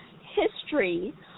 history